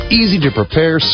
easy-to-prepare